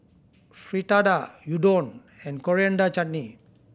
Fritada Udon and Coriander Chutney